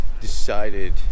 decided